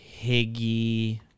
Higgy